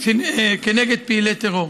כנגד פעילי טרור